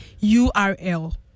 URL